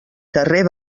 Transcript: carrer